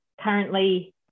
currently